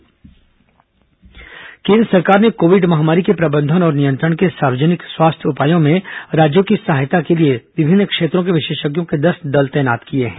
corona विशेषज्ञ दल केंद्र सरकार ने कोविड महामारी के प्रबंधन और नियंत्रण के सार्वजनिक स्वास्थ्य उपायों में राज्यों की सहायता के लिए विभिन्न क्षेत्रों के विशेषज्ञों के दस दल तैनात किए हैं